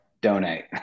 donate